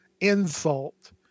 insult